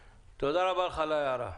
תודה רבה לך על ההערה.